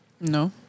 No